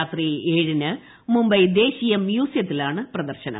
രാത്രി ഏഴിന് മുംബൈ ദേശീയ മ്യൂസിയത്തിലാണ് പ്രദർശനം